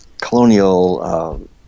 Colonial